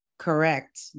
Correct